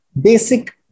basic